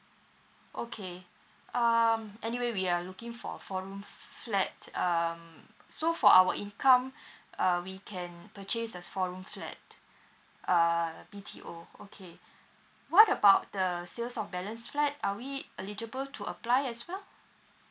okay um anyway we are looking for four room flat um so for our income uh we can purchase a four room flat uh B_T_O okay what about the sales of balance flat are we eligible to apply as well